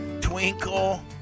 Twinkle